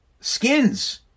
skins